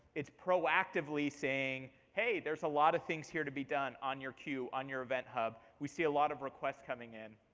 it's proactively saying, hey, there's a lot of things here to be done on your queue, on your event hub. we see a lot of requests coming in.